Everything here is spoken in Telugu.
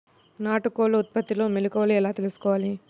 నాటుకోళ్ల ఉత్పత్తిలో మెలుకువలు ఎలా తెలుసుకోవాలి?